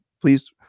Please